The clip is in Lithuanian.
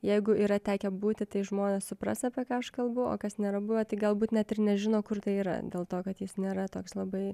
jeigu yra tekę būti tai žmonės supras apie ką aš kalbu o kas nėra buvę tai galbūt net ir nežino kur tai yra dėl to kad jis nėra toks labai